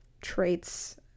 traits